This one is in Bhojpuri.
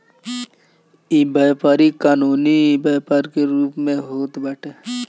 इ व्यापारी कानूनी व्यापार के रूप में होत बाटे